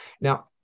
Now